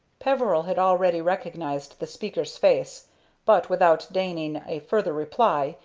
peveril had already recognized the speaker's face but, without deigning a further reply,